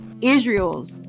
Israel's